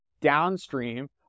downstream